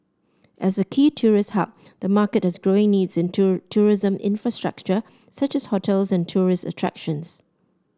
as a key tourist hub the market has growing needs in tourism infrastructure such as hotels and tourist attractions